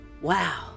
wow